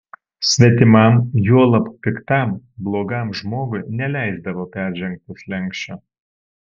svetimam juolab piktam blogam žmogui neleisdavo peržengti slenksčio